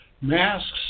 Masks